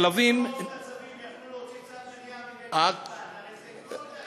אם הם לא ראו את הצווים הם יכלו להוציא צו מניעה,